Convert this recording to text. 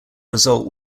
result